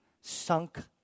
Sunk